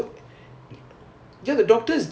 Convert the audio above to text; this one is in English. so bad as in the doctors like